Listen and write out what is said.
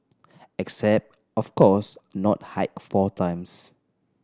except of course not hike four times